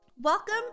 Welcome